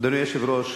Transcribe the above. אדוני היושב-ראש,